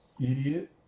idiot